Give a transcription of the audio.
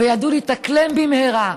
וידעו להתאקלם במהרה,